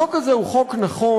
החוק הזה הוא חוק נכון,